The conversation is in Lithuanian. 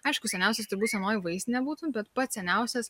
aišku seniausias turbūt senoji vaistinė būtų bet pats seniausias